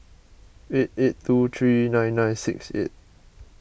eight eight two three nine nine six eight